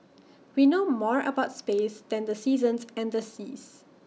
we know more about space than the seasons and the seas